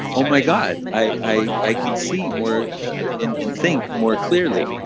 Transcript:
oh my god, i i can see more and and think more clearly.